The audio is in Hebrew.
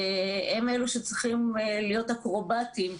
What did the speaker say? והם אלה שצריכים להיות אקרובטיים.